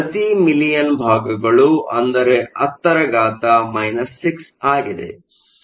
ಪ್ರತಿ ಮಿಲಿಯನ್ ಭಾಗಗಳು ಅಂದರೆ 10 6